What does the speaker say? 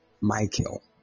Michael